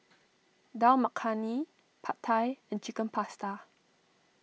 Dal Makhani Pad Thai and Chicken Pasta